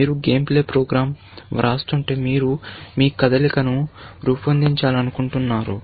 మీరు game play program వ్రాస్తుంటే మీరు మీ కదలికలను రూపొందించాలనుకుంటున్నారు